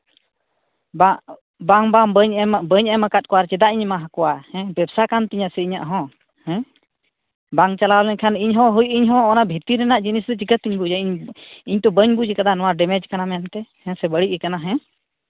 ᱵᱟᱝ ᱵᱟᱝ ᱵᱟᱹᱧ ᱮᱢᱟ ᱵᱟᱹᱧ ᱮᱢ ᱠᱟᱜ ᱠᱚᱣᱟ ᱪᱮᱫᱟᱜ ᱤᱧ ᱮᱢᱟ ᱠᱚᱣᱟ ᱵᱮᱵᱥᱟ ᱠᱟᱱ ᱛᱤᱧᱟ ᱥᱮ ᱤᱧᱟᱜ ᱦᱚᱸ ᱦᱮᱸ ᱵᱟᱝ ᱪᱟᱞᱟᱣ ᱞᱮᱱᱠᱷᱟᱱ ᱤᱧᱦᱚᱸ ᱦᱳᱭ ᱤᱧᱦᱚᱸ ᱚᱱᱟ ᱵᱷᱤᱛᱤᱨ ᱨᱮᱱᱟᱜ ᱡᱤᱱᱤᱥ ᱫᱚ ᱪᱤᱠᱟᱛᱤᱧ ᱵᱩᱡᱟ ᱤᱧ ᱤᱧᱛᱚ ᱵᱟᱹᱧ ᱵᱩᱡᱽ ᱠᱟᱫᱟ ᱱᱚᱣᱟ ᱰᱮᱢᱮᱡᱽ ᱠᱟᱱᱟ ᱢᱮᱱᱛᱮ ᱦᱮᱸ ᱥᱮ ᱵᱟᱹᱲᱤᱡ ᱠᱟᱱᱟ ᱦᱮᱸ